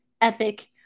ethic